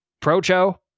Procho